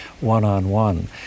one-on-one